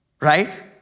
right